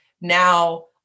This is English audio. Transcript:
Now